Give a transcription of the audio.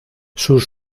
sus